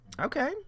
Okay